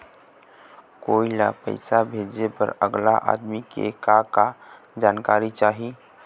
कोई ला पैसा भेजे बर अगला आदमी के का का जानकारी चाही?